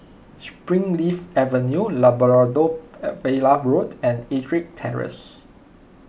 Springleaf Avenue Labrador Villa Road and Ettrick Terrace